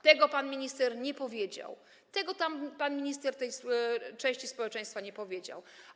Tego pan minister nie powiedział - tego pan minister tej części społeczeństwa nie powiedział.